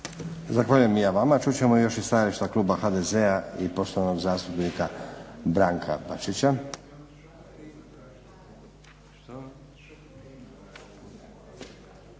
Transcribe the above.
Zahvaljujem i ja vama. Čut ćemo još i stajališta kluba HDZ-a i poštovanog zastupnika Branka Bačića.